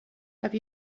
have